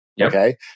Okay